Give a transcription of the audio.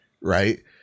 right